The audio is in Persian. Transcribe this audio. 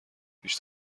پیش